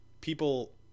People